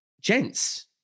Gents